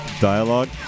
dialogue